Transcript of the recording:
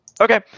Okay